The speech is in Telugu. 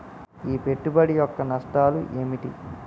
ఈ పెట్టుబడి యొక్క నష్టాలు ఏమిటి?